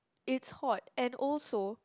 it's hot and also